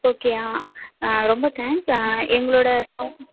okay ரொம்ப thanks எங்களோட